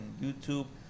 YouTube